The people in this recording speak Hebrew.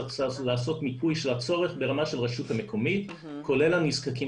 צריך לעשות מיפוי של הצורך ברמה של רשות מקומית כולל הנזקקים